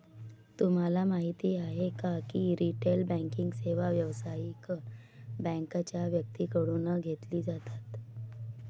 तुम्हाला माहिती आहे का की रिटेल बँकिंग सेवा व्यावसायिक बँकांच्या व्यक्तींकडून घेतली जातात